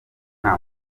nta